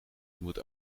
moet